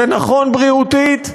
זה נכון בריאותית,